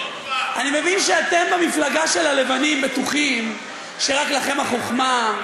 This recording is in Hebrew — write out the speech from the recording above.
אני מבין שאתם במפלגה של הלבנים בטוחים שרק לכם החוכמה,